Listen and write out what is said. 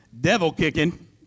devil-kicking